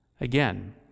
Again